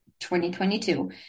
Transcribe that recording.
2022